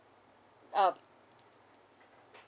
uh